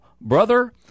brother